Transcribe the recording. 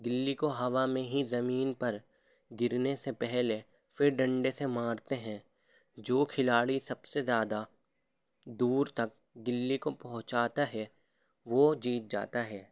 گلی کو ہوا میں ہی زمین پر گرنے سے پہلے پھر ڈنڈے سے مارتے ہیں جو کھلاڑی سب سے زیادہ دور تک گلی کو پہنچاتا ہے وہ جیت جاتا ہے